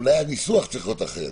אולי הניסוח צריך להיות אחר.